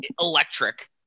electric